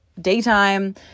daytime